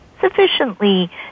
sufficiently